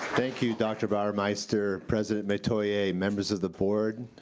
thank you dr. bauermeister, president metoyer, members of the board,